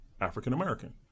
african-american